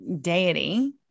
deity